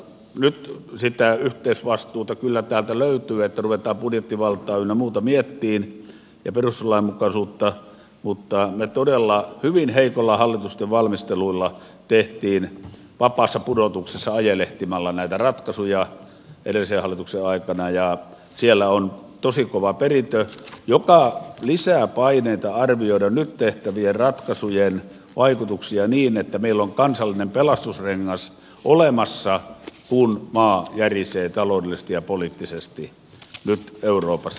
nyt sitä yhteisvastuuta kyllä täältä löytyy että ruvetaan budjettivaltaa ja perustuslain mukaisuutta ynnä muuta miettimään mutta me todella hyvin heikolla hallituksen valmistelulla teimme vapaassa pudotuksessa ajelehtimalla näitä ratkaisuja edellisen hallituksen aikana ja siellä on tosi kova perintö joka lisää paineita arvioida nyt tehtävien ratkaisujen vaikutuksia niin että meillä on kansallinen pelastusrengas olemassa kun maa järisee taloudellisesti ja poliittisesti nyt euroopassa